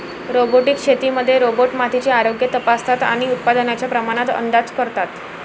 robotic शेतीमध्ये robot मातीचे आरोग्य तपासतात आणि उत्पादनाच्या प्रमाणात अंदाज करतात